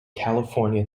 california